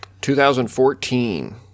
2014